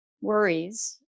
worries